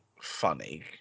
funny